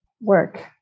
work